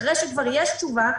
אחרי שכבר יש תשובה,